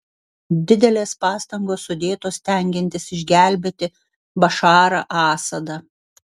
didelės pastangos sudėtos stengiantis išgelbėti bašarą asadą